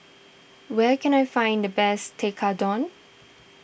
where can I find the best Tekkadon